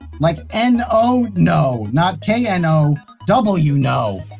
like n o no. not k n o w know.